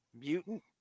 mutant